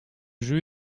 jeu